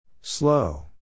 Slow